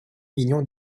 millions